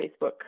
Facebook